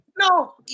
No